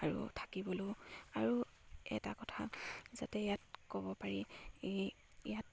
আৰু থাকিবলৈও আৰু এটা কথা যাতে ইয়াত ক'ব পাৰি ইয়াত